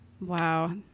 Wow